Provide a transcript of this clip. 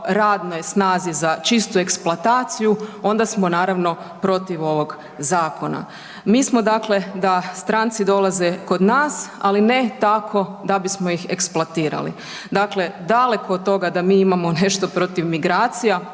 radnoj snazi za čistu eksploataciju onda smo naravno protiv ovog zakona. Mi smo dakle da stranci dolaze kod nas, ali ne tako da bismo ih eksploatirali. Dakle, daleko od toga da mi imamo nešto protiv migracija,